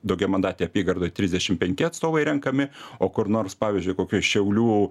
daugiamandatėj apygardoj trisdešim penki atstovai renkami o kur nors pavyzdžiui kokioj šiaulių